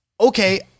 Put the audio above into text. okay